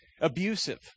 abusive